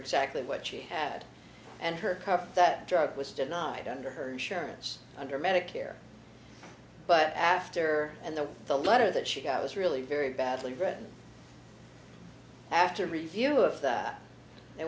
exactly what she had and her cover that drug was denied under her insurance under medicare but after and the the letter that she got was really very badly written after a review of that they